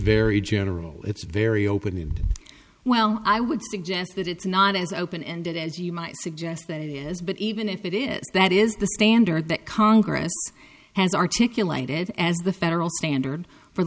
very general it's very open and well i would suggest that it's not as open ended as you might suggest that it is but even if it is that is the standard that congress has articulated as the federal standard for